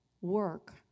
work